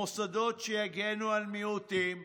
מוסדות שיגנו על מיעוטים,